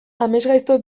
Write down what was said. amesgaizto